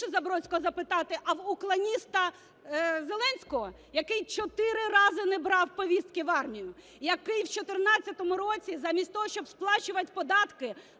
Забродського запитати, а в уклониста Зеленського, який чотири рази не брав повістки в армію, який в 14-му році замість того, щоб сплачувати податки,